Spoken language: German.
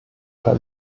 bei